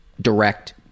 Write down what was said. direct